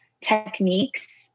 Techniques